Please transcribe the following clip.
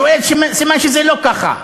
אתן לך רמז, אם אחמד טיבי שואל, סימן שזה לא ככה.